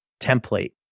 template